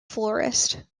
florist